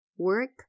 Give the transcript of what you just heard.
Work